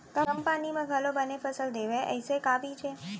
कम पानी मा घलव बने फसल देवय ऐसे का बीज हे?